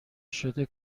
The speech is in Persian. شده